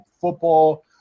football